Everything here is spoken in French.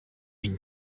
une